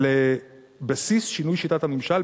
על בסיס שינוי שיטת הממשל,